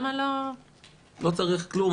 לא צריך כלום.